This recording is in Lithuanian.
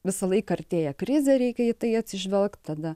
visą laiką artėja krizė reikia į tai atsižvelgt tada